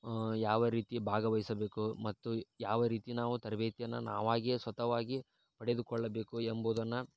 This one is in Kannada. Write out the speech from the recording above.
ಯಾವ ರೀತಿ ಭಾಗವಹಿಸಬೇಕು ಮತ್ತು ಯಾವ ರೀತಿ ನಾವು ತರಬೇತಿಯನ್ನ ನಾವಾಗಿಯೇ ಸ್ವತಃವಾಗಿ ಪಡೆದುಕೊಳ್ಳಬೇಕು ಎಂಬುದನ್ನು